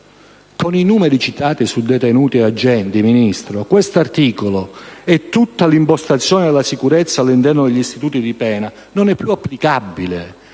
Con i numeri citati su detenuti e agenti, signor Ministro, questo articolo e tutta l'impostazione della sicurezza all'interno degli istituti di pena, non è più applicabile.